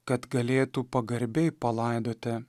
kad galėtų pagarbiai palaidoti